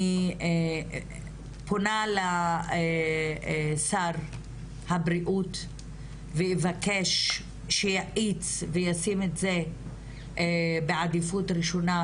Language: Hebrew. אני פונה לשר הבריאות ואבקש שיאיץ וישים את זה בעדיפות ראשונה